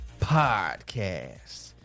podcast